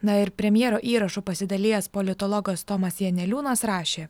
na ir premjero įrašu pasidalijęs politologas tomas janeliūnas rašė